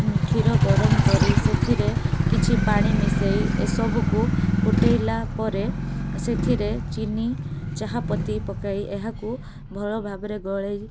କ୍ଷୀର ଗରମ କରି ସେଥିରେ କିଛି ପାଣି ମିଶେଇ ଏସବୁକୁ ଫୁଟେଇଲା ପରେ ସେଥିରେ ଚିନି ଚାହାପତି ପକାଇ ଏହାକୁ ଭଲ ଭାବରେ ଗୋଳେଇ